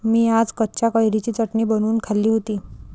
मी आज कच्च्या कैरीची चटणी बनवून खाल्ली होती